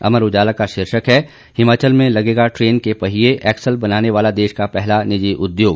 अमर उजाला का शीर्षक है हिमाचल में लगेगा ट्रेन के पहिये एक्सल बनाने वाला देश का पहला निजी उद्योग